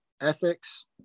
ethics